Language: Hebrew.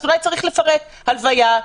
אז צריך לפרט: הלוויה,